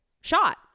shot